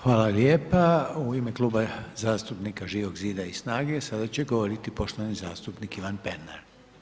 Hvala lijepa, u ime Kluba zastupnika Živog zida i SNAGE sada će govoriti poštovani zastupnik Ivan Pernar.